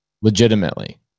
legitimately